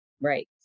right